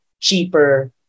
cheaper